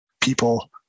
People